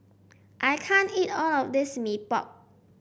I can't eat all of this Mee Pok